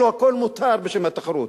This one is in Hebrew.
כאילו הכול מותר בשם התחרות,